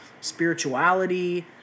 spirituality